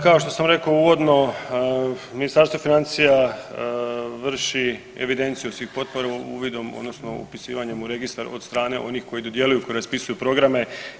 Kao što sam rekao uvodno, Ministarstvo financija vrši evidenciju svih potpora uvidom odnosno upisivanjem u registar od strane onih koji dodjeljuju i koji raspisuju programe.